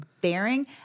bearing